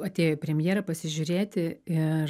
atėjo į premjerą pasižiūrėti ir